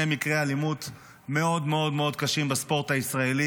מקרי אלימות מאוד מאוד קשים בספורט הישראלי,